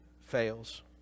fails